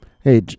Hey